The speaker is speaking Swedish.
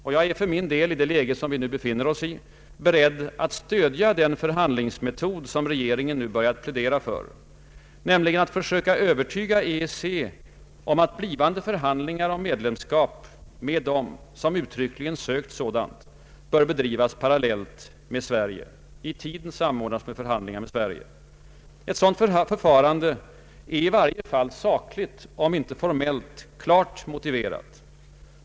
Och jag är för min del — i det läge vi befinner oss i — beredd att stödja den förhandlingsmetod som regeringen nu börjat plädera för, nämligen att söka övertyga EEC om att kommande förhandlingar om medlemskap med dem som uttryckligen sökt sådant bör i tiden samordnas med förhandlingar med Sverige. Ett sådant förfarande är i varje fall sakligt — om inte formellt — klart motiverat.